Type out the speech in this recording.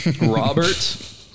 Robert